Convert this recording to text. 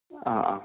ആ ആ